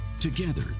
Together